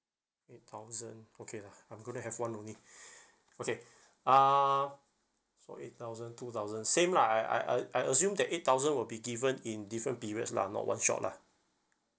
eight thousand okay lah I'm going to have one only okay uh so eight thousand two thousand same lah I I I I assume that eight thousand will be given in different periods lah not one shot lah